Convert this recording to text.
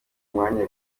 umwanya